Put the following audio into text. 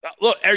Look